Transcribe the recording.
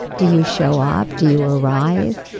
do you show up? do you arrive?